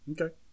okay